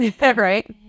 Right